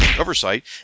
oversight